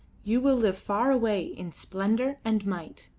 you will live far away in splendour and might.